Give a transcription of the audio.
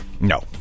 No